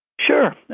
Sure